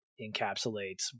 encapsulates